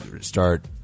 start